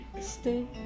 Stay